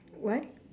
what